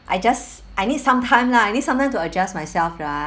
I just I need some time lah I need some time to adjust myself right